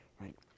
Right